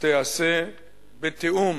תיעשה בתיאום